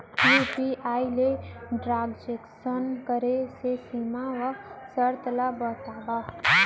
UPI ले transaction करे के सीमा व शर्त ला बतावव?